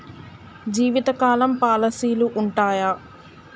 జీవితకాలం పాలసీలు ఉంటయా?